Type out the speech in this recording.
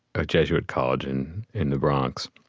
a jesuit college in in the bronx.